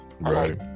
Right